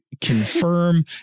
confirm